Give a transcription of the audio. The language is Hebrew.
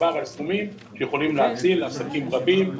מדובר על סכומים שיכולים להציל עסקים רבים,